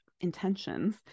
intentions